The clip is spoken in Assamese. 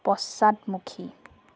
পশ্চাদমুখী